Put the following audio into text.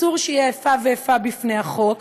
אסור שתהיה איפה ואיפה בפני החוק,